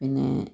പിന്നെ